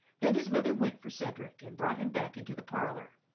then his mother went for cedric and brought him back into the parlor.